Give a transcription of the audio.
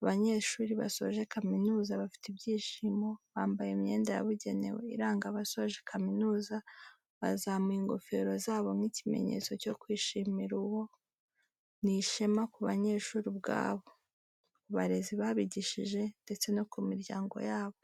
abanyeshuri basoje kaminuza bafite ibyishimo, bambaye imyenda yabugenewe iranga abasoje kaminuza bazamuye ingofero zabo nk'ikimenyetso cyo kwishimira uwo, ni ishema ku banyeshuri ubwabo, ku barezi babigishije ndetse no ku miryango yabo.